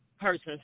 person